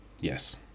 Yes